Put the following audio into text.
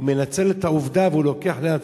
הוא מנצל את העובדה והוא לוקח לעצמו,